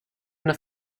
una